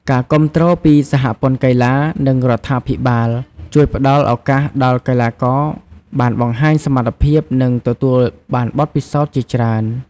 ការគាំទ្រពីសហព័ន្ធកីឡា និងរដ្ឋាភិបាល ជួយផ្តល់ឱកាសដល់កីឡាករបានបង្ហាញសមត្ថភាព និងទទួលបានបទពិសោធន៍ជាច្រើន។